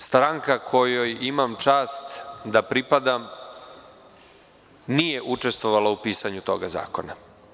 Stranka kojoj imam čast da pripadam nije učestvovala u pisanju tog zakona.